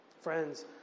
Friends